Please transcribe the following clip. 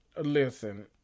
listen